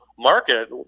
market